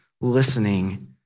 listening